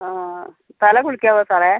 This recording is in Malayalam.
ആ തല കുളിക്കാവോ സാറേ